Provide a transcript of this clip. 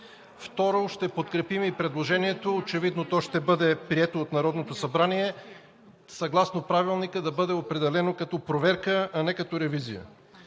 Второ, ще подкрепим и предложението – очевидно, то ще бъде прието от Народното събрание съгласно Правилника да бъде определено като проверка, а не като ревизия.